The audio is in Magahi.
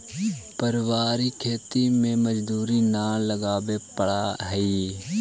पारिवारिक खेती में मजदूरी न लगावे पड़ऽ हइ